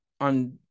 on